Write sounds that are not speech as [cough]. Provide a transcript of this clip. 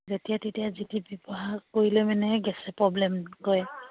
যেতিয়া তেতিয়াই যদি ব্যৱহাৰ কৰিলে মানেহে গেছে প্ৰব্লেম কৰে [unintelligible]